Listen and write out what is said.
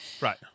Right